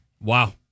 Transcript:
Wow